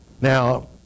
Now